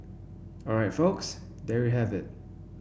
all right folks there you have it